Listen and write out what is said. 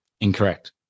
Incorrect